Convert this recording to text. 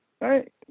right